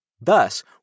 Thus